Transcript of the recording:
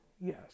yes